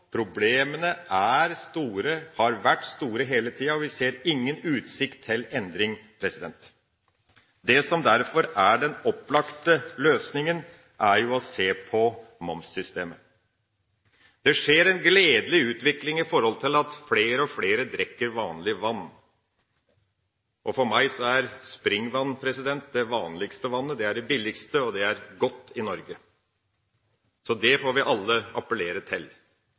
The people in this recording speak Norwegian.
har vært store hele tida – og vi ser ingen utsikt til endring. Det som derfor er den opplagte løsninga, er å se på momssystemet. Det skjer en gledelig utvikling med tanke på at flere og flere drikker vanlig vann. For meg er springvann det vanligste vannet, det er det billigste, og det er godt i Norge, så det får vi alle appellere til.